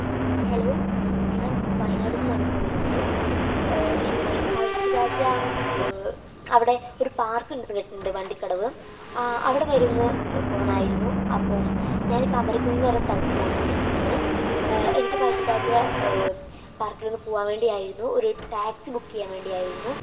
hello ഞാന് വയനാട്ടില് നിന്നാണ് കാള് ചെയ്യുന്നത് എനിക്ക് പഴശ്ശിരാജ അവിടെ ഒരു പാര്ക്ക് ഉണ്ടെന്നു കേട്ടിട്ടുണ്ട് വണ്ടിക്കടവ് ആ അവിടെവരെ ഒന്ന് പോകണമായിരുന്നു അപ്പം ഞാനിപ്പം അമരക്കുഴി എന്നു പറയുന്ന സ്ഥലത്തുന്നാണ് വിളിക്കുന്നത് എനിക്ക് പഴശ്ശിരാജ പാർക്കിലൊന്ന് പോകുവാന് വേണ്ടിയായിരുന്നു ഒരു ടാക്സി ബുക്ക് ചെയ്യാന് വേണ്ടിയായിരുന്നു